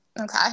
Okay